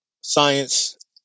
science